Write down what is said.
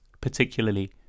particularly